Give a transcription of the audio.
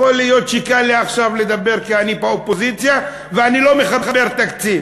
יכול להיות שקל לי עכשיו לדבר כי אני באופוזיציה ואני לא מחבר תקציב.